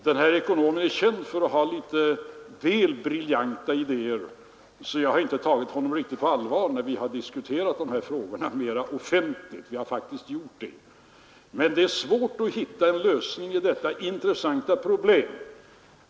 Denne ekonom är känd för att ha litet väl briljanta idéer, och jag har därför inte tagit honom riktigt på allvar när vi diskuterat dessa frågor mera offentligt — vilket jag faktiskt har gjort. Det är svårt att hitta en lösning på detta intressanta problem.